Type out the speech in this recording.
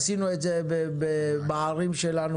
עשינו את זה בערים שלנו,